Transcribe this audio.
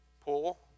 Pull